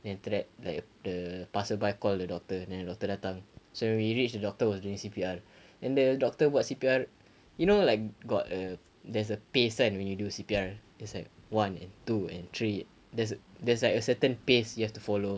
and then after that like a the the passerby called the doctor then the doctor datang so when we reached the doctor was doing C_P_R then the doctor buat C_P_R you know like got a there's a pace [one] when you do C_P_R it's like one and two and three there's there's like a certain pace you have to follow